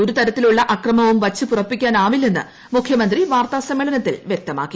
ഒരു തരത്തിലുള്ള അക്രമവും വച്ചു പൊറുപ്പിക്കാനാവില്ലെന്ന് മുഖ്യമന്ത്രി വാർത്താ സമ്മേളനത്തിൽ വൃക്തമാക്കി